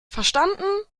verstanden